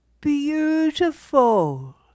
beautiful